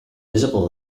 visible